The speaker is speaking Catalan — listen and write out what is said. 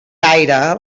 gaire